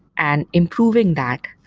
and improving that,